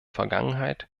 vergangenheit